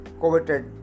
coveted